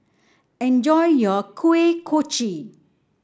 enjoy your Kuih Kochi